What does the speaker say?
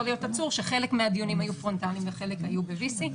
להיות עצור שחלק מהדיונים היו פרונטליים וחלק היו ב-VC,